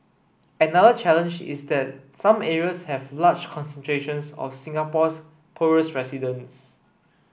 another challenge is that some areas have large concentrations of Singapore's poorest residents